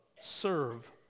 serve